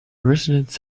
residents